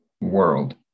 world